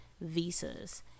visas